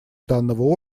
данного